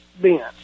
Ben